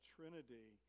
Trinity